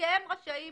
נציגיהם רשאים